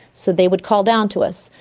so they would call down to us.